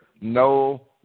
no